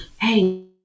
hey